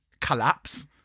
collapse